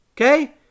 Okay